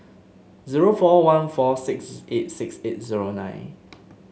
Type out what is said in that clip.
zero four one four six eight six eight zero nine